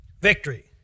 victory